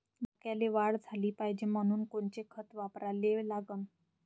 मक्याले वाढ झाली पाहिजे म्हनून कोनचे खतं वापराले लागन?